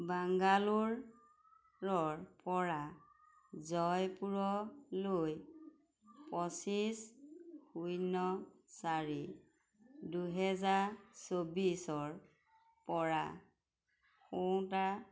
বাংগালোৰৰপৰা জয়পুৰলৈ পঁচিছ শূন্য চাৰি দুহেজাৰ চৌবিছৰপৰা শুওঁতা